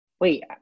wait